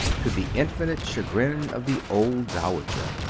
to the infinite chagrin of the old dowager.